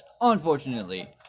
unfortunately